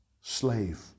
slave